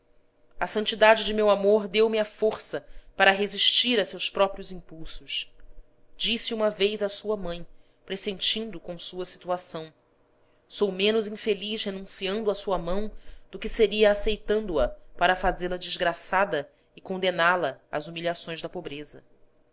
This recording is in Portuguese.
a santidade de meu amor deu-me a força para resistir a seus próprios impulsos disse uma vez à sua mãe pressentindo com sua situação sou menos infeliz renunciando à sua mão do que seria aceitando a para fazê-la desgraçada e condená la às humilhações da pobreza